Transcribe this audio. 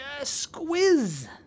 squiz